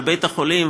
לבית-החולים,